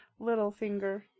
Littlefinger